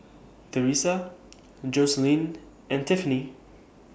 Teresa Joseline and Tiffany